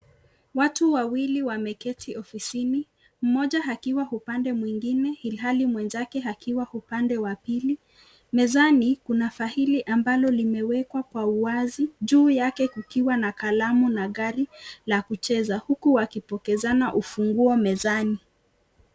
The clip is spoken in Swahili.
Watu wawili wameketi ofisini mmoja akiwa upande mwingine ilhali mwenzake akiwa upande wa pili, mezani kuna faili ambalo limewekwa kwa uwazi, juu yake kukiwa na kalamu na gari la kucheza huku wakipokezana ufunguo mezani.